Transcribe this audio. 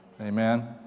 Amen